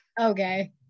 Okay